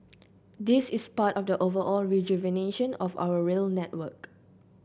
this is part of the overall rejuvenation of our rail network